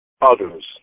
others